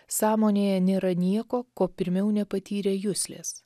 sąmonėje nėra nieko ko pirmiau nepatyrė juslės